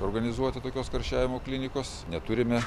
organizuoti tokios karščiavimo klinikos neturime